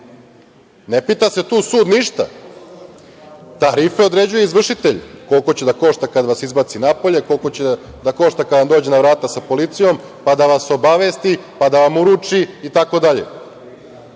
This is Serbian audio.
ne pita se tu sud ništa. Tarife određuje izvršitelj, koliko će da košta kada vas izbaci napolje, koliko će da košta kada vam dođe na vrata sa policijom, pa da vas obavesti, pa da vam uruči i